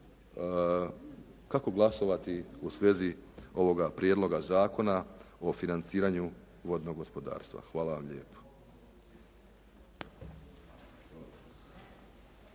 kako glasovati u svezi ovoga prijedloga zakona o financiranju vodnog gospodarstva. Hvala vam lijepo.